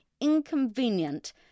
inconvenient